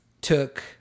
took